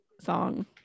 song